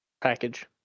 package